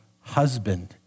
husband